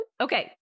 Okay